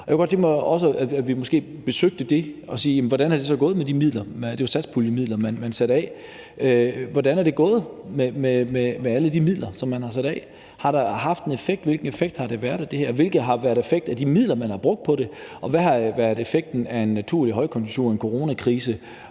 jeg kunne godt tænke mig, at vi måske besøgte det og så på, hvordan det så er gået med de midler, det var satspuljemidler, man satte af. Hvordan er det gået med alle de midler, som man har sat af? Har det haft en effekt, hvilken effekt har der været af det, og hvilken effekt har de midler, man har brugt på det, haft, og hvad har været effekten af en naturlig højkonjunktur, en coronakrise